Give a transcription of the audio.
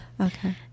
okay